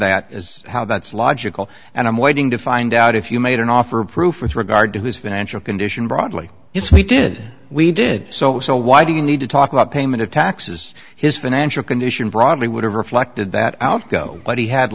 that is how that's logical and i'm waiting to find out if you made an offer of proof with regard to his financial condition broadly yes we did we did so so why do you need to talk about payment of taxes his financial condition broadly would have reflected that outgo what he had